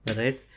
right